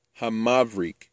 Hamavrik